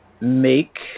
Make